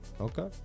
Okay